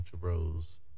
Bros